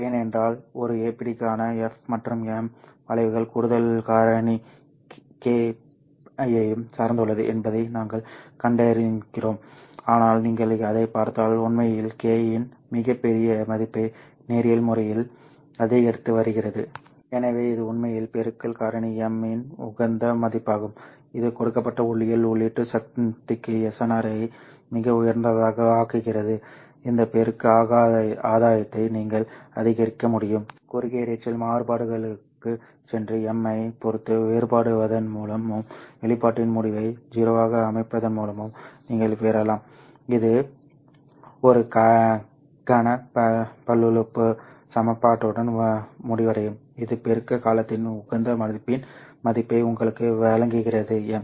ஏனென்றால் ஒரு APD க்கான F மற்றும் M வளைவுகள் கூடுதல் காரணி k யையும் சார்ந்துள்ளது என்பதை நாங்கள் கண்டிருக்கிறோம் ஆனால் நீங்கள் அதைப் பார்த்தால் உண்மையில் k இன் மிகப் பெரிய மதிப்பை நேரியல் முறையில் அதிகரித்து வருகிறது எனவே இது உண்மையில் பெருக்கல் காரணி M இன் உகந்த மதிப்பாகும் இது கொடுக்கப்பட்ட ஒளியியல் உள்ளீட்டு சக்திக்கு SNR ஐ மிக உயர்ந்ததாக ஆக்குகிறது இந்த பெருக்க ஆதாயத்தை நீங்கள் அதிகரிக்க முடியும் குறுகிய இரைச்சல் மாறுபாடுகளுக்குச் சென்று M ஐப் பொறுத்து வேறுபடுத்துவதன் மூலமும் வெளிப்பாட்டின் முடிவை 0 ஆக அமைப்பதன் மூலமும் நீங்கள் பெறலாம் இது ஒரு கன பல்லுறுப்பு சமன்பாட்டுடன் முடிவடையும் இது பெருக்க காலத்தின் உகந்த மதிப்பின் மதிப்பை உங்களுக்கு வழங்குகிறது M